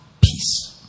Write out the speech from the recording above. peace